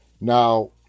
Now